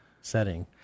setting